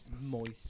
moist